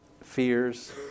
fears